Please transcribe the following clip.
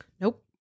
Nope